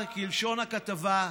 בר, כלשון הכתבה,